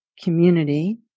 Community